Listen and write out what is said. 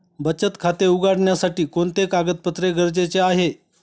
बचत खाते उघडण्यासाठी कोणते कागदपत्रे गरजेचे आहे?